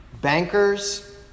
bankers